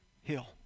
hill